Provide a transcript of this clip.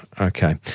Okay